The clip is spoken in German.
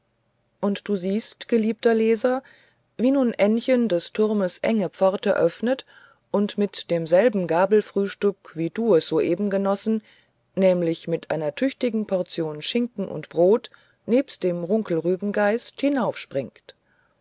und du siehst geliebter leser wie nun ännchen des turmes enge pforte öffnet und mit demselben gabelfrühstück wie du es soeben genossen nämlich mit einer tüchtigen portion schinken und brot nebst dem runkelrübengeist